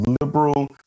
liberal